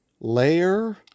layer